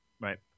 Right